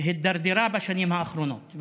והידרדרה בשנים האחרונות,